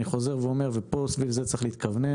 אני אומר וסביב זה צריך להתכוונן.